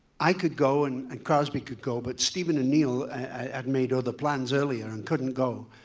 i could go and and crosby could go, but steven and neil had made other plans earlier and couldn't go.